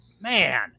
man